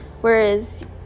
Whereas